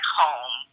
home